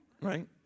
right